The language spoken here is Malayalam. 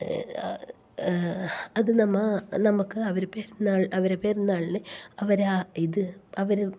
അത് നമ്മൾ നമ്മൾക്ക് അവർ പെരുന്നാള് അവരെ പെരുന്നാളിനു അവർ ഇത് അവർ